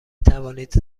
توانید